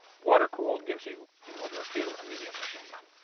water-cooled gives you in world war two a medium machine gun.